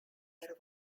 river